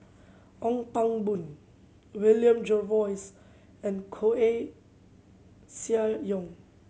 Ong Pang Boon William Jervois and Koeh Sia Yong